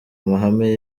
mahame